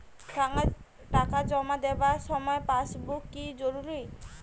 টাকা জমা দেবার সময় পাসবুক কি জরুরি?